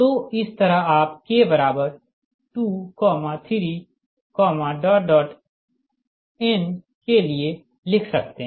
तो इस तरह आप k23n के लिए लिख सकते हैं